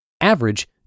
Average